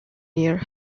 near